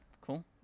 cool